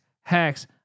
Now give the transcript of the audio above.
hacks